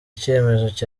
cyemezo